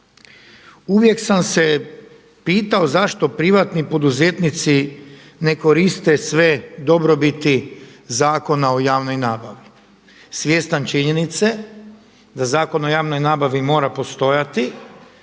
Uvijek sam se pitao zašto privatni poduzetnici ne koriste sve dobrobiti Zakona o javnoj nabavi svjestan činjenice da Zakon o javnoj nabavi mora postojati,